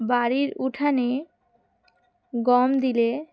বাড়ির উঠানে গম দিলে